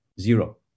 zero